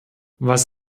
was